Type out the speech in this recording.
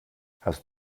hast